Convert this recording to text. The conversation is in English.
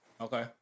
Okay